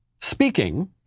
Speaking